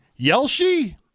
Yelshi